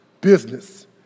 business